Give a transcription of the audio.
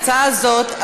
ההצעה הזאת,